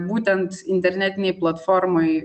būtent internetinėj platformoj